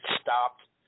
stopped